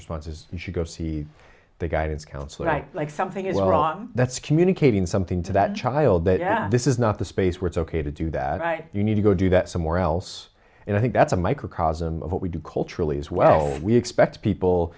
response is you should go see the guidance counselor like something is wrong that's communicating something to that child that this is not the space where it's ok to do that you need to go do that somewhere else and i think that's a microcosm of what we do culturally as well we expect people